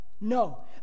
No